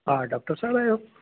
हा डॉक्टर साहिबु आहियो